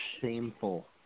shameful